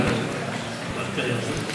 אחריו, חבר הכנסת עודד פורר.